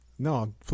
No